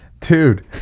Dude